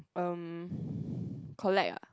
erm collect ah